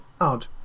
Odd